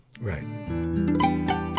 Right